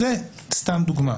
זאת סתם דוגמה.